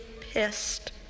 pissed